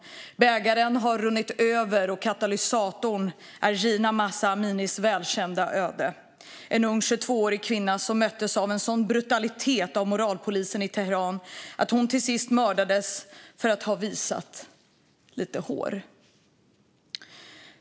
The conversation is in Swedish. Bägaren har runnit över, och katalysatorn är Jina Mahsa Aminis välkända öde. En ung 22-årig kvinna som möttes av en sådan brutalitet av moralpolisen i Teheran att hon till sist mördades för att ha visat lite hår.